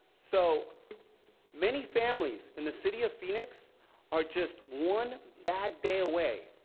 so many families in the city of phoenix are just one bad day away,